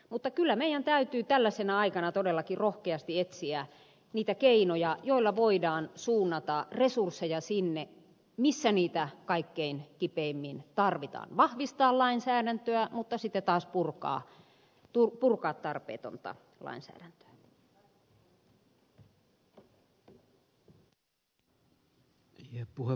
mutta kyllä meidän täytyy tällaisena aikana todellakin rohkeasti etsiä niitä keinoja joilla voidaan suunnata resursseja sinne missä niitä kaikkein kipeimmin tarvitaan vahvistaa lainsäädäntöä mutta sitten taas purkaa tarpeetonta lainsäädäntöä